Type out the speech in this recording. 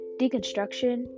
deconstruction